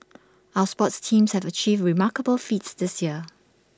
our sports teams have achieved remarkable feats this year